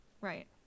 Right